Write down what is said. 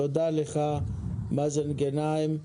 תודה לך, מאזן גנאים.